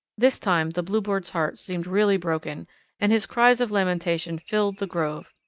this time the bluebird's heart seemed really broken and his cries of lamentation filled the grove.